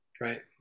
right